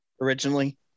originally